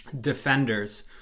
Defenders